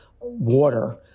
water